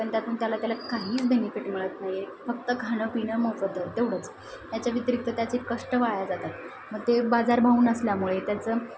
पण त्यातून त्याला त्याला काहीच बेनिफिट मिळत नाही आहे फक्त खाणंपिणं मोफत तेवढंच ह्याच्या व्यतिरिक्त त्याचे कष्ट वाया जातात मग ते बाजारभाव नसल्यामुळे त्याचं